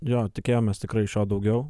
jo tikėjomės tikrai iš jo daugiau